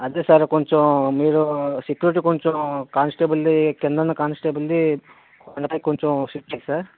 అంతే సార్ కొంచెం మీరు సెక్యూరిటీ కొంచెం కానిస్టేబుల్ని క్రింద ఉన్న కానిస్టేబుల్ని కలిపి కొంచెం సార్